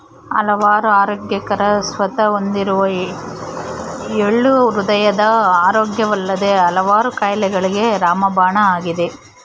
ಹಲವಾರು ಆರೋಗ್ಯಕರ ಸತ್ವ ಹೊಂದಿರುವ ಎಳ್ಳು ಹೃದಯದ ಆರೋಗ್ಯವಲ್ಲದೆ ಹಲವಾರು ಕಾಯಿಲೆಗಳಿಗೆ ರಾಮಬಾಣ ಆಗಿದೆ